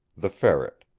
the ferret.